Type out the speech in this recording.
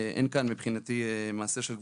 אין כאן מבחינתי מעשה של גבורה.